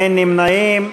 אין נמנעים.